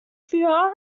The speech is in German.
für